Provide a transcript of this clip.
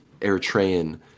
eritrean